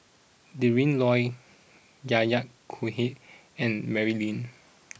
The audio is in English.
Adrin Loi Yahya Cohen and Mary Lim